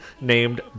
named